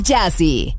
Jazzy